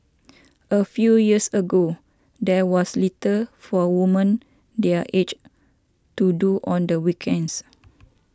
a few years ago there was little for woman their age to do on the weekends